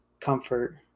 comfort